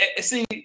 See